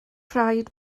rhaid